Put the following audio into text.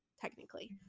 technically